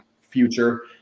future